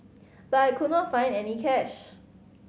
but I could not find any cash